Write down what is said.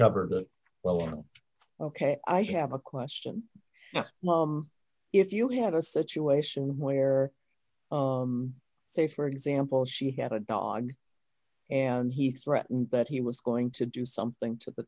covered it well ok i have a question if you had a situation where say for example she had a dog and he threatened that he was going to do something to the